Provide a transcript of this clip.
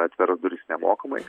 atvers duris nemokamai